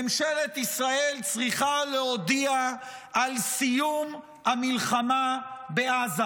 ממשלת ישראל צריכה להודיע על סיום המלחמה בעזה.